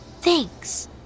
Thanks